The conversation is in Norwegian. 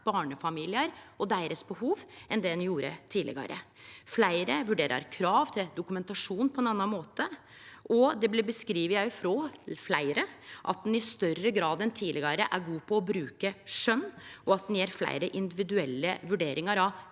barnefamiliar og deira behov enn dei gjorde tidlegare. Fleire vurderer krav til dokumentasjon på ein annan måte, og fleire beskriv at ein i større grad enn tidlegare er god på å bruke skjøn, og at ein gjer fleire individuelle vurderingar av